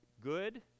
good